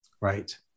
Right